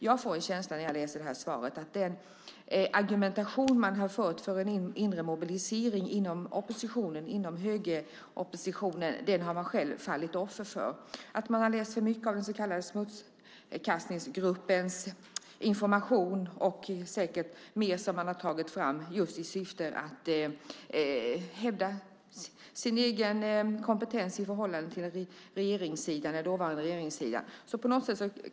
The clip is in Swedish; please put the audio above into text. Jag får en känsla när jag läser svaret att den argumentation man har fört för en inre mobilisering inom högeroppositionen har man själv fallit offer för och att man har läst för mycket av den så kallade smutskastningsgruppens information som har tagits fram i syfte att hävda sin egen kompetens i förhållande till den dåvarande regeringssidan.